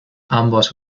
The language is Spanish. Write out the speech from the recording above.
ambos